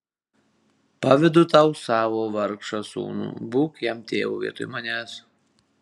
pavedu tau savo vargšą sūnų būk jam tėvu vietoj manęs